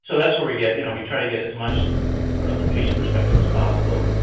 so that's where we get you know we try to get as much of the patient perspective as possible.